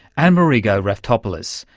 ah marigo raftopoulos,